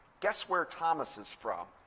guess where thomas is from?